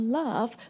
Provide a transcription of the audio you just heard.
love